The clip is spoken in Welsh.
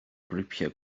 grwpiau